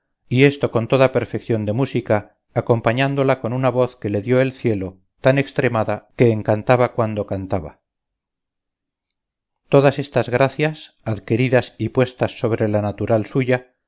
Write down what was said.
y esto con toda perfección de música acompañándola con una voz que le dio el cielo tan extremada que encantaba cuando cantaba todas estas gracias adqueridas y puestas sobre la natural suya